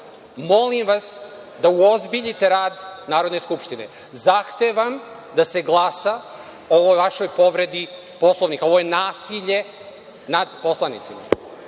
Molim vas da uozbiljite rad Narodne skupštine. Zahtevam da se glasa o ovoj vašoj povredi Poslovnika. Ovo je nasilje nad poslanicima.